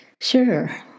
sure